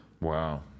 Wow